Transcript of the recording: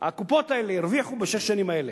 הקופות האלה בשש השנים האלה.